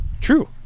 true